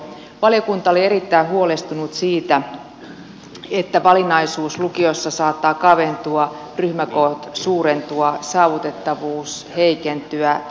valiokunta oli erittäin huolestunut siitä että valinnaisuus lukioissa saattaa kaventua ryhmäkoot suurentua saavutettavuus heikentyä laatu kärsiä